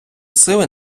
сили